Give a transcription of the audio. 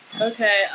Okay